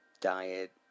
diet